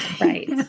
Right